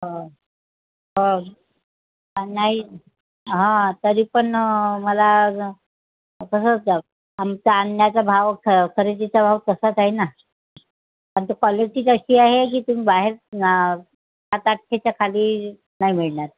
हो हो नाही हां तरी पण मला तसाच आहे आमचा आणण्याचा भाव ख खरेदीचा भाव तसाच आहे ना आमची क्वालिटीच अशी आहे की तुम्ही बाहेर साताठशेच्या खाली नाही मिळणार